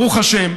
ברוך השם,